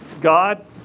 God